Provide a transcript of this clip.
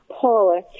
Paula